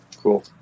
cool